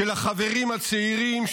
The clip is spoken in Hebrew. של החברים הצעירים,